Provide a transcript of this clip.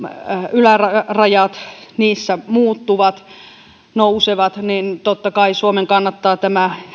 ylärajat muuttuvat nousevat niin totta kai suomen kannattaa tämä